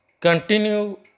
continue